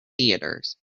theatres